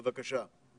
בבקשה.